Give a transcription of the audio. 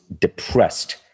depressed